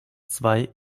zwei